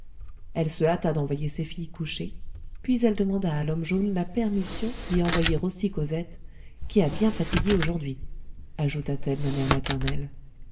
elle se hâta d'envoyer ses filles coucher puis elle demanda à l'homme jaune la permission d'y envoyer aussi cosette qui a bien fatigué aujourd'hui ajouta-t-elle